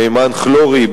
מימן כלורי,